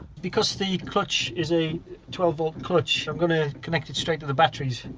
because the clutch is a twelve volt clutch i'm going to connect it straight to the batteries.